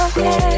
Okay